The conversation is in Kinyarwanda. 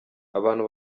abantu